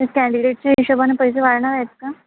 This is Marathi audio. कँडिडेटच्या हिशोबानं पैसे वाढणार आहेत का